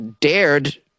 dared